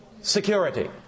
security